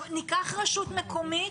ניקח כדוגמה רשות מקומית,